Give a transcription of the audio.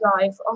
life